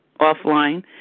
offline